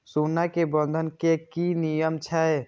सोना के बंधन के कि नियम छै?